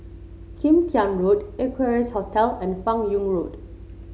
Kim Tian Road Equarius Hotel and Fan Yoong Road